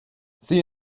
sie